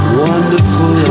wonderful